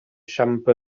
siambr